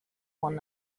one